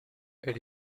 elle